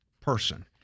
person